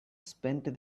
spent